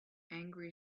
angry